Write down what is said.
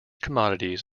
commodities